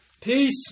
Peace